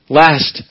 last